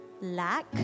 lack